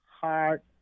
heart